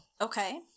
Okay